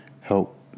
help